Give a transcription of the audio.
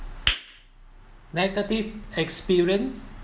negative experience